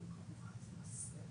הממונה פונה למשטרה.